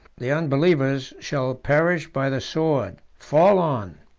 the unbelievers shall perish by the sword. fall on.